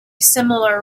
similar